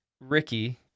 Ricky